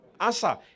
Answer